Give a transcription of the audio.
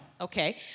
Okay